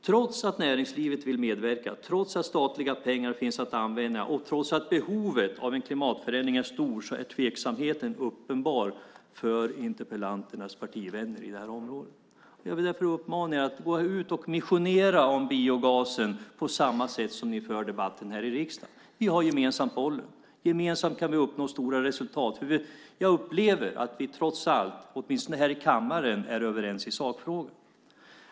Trots att näringslivet vill medverka, trots att statliga pengar finns att använda och trots att behovet av en klimatförändring är stort är tveksamheten uppenbar hos interpellanternas partivänner i det här området. Jag vill därför uppmana er att gå ut och missionera om biogasen på samma sätt som ni för debatten i riksdagen. Vi har gemensamt bollen. Gemensamt kan vi uppnå stora resultat. Jag upplever att vi trots allt, åtminstone här i kammaren, är överens i sakfrågan.